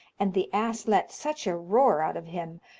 and the ass let such a roar out of him,